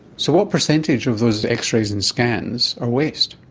so what percentage of those x-rays and scans are waste?